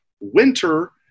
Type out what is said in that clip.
winter